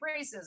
racism